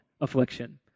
affliction